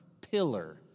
pillar